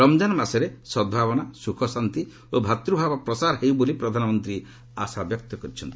ରମ୍ଜାନ ମାସରେ ସଦ୍ଭାବନା ସୁଖଶାନ୍ତି ଓ ଭ୍ରାତୂଭାବ ପ୍ରସାର ହେଉ ବୋଲି ପ୍ରଧାନମନ୍ତ୍ରୀ ଆଶା ବ୍ୟକ୍ତ କରିଛନ୍ତି